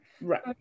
right